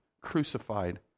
crucified